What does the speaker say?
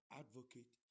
advocate